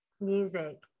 music